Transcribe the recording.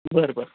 बरं बरं